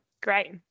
Great